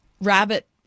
rabbit